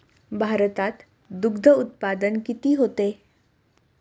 भारतात दुग्धउत्पादन किती होते?